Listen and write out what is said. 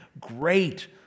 great